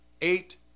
eight